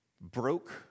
broke